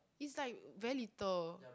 is like very little